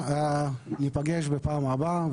ניפגש בפעם הבאה.